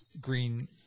green